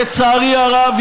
לצערי הרב,